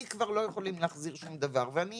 לי כבר לא יכולים להחזיר שום דבר ואני